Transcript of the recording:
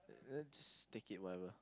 let's take it whatever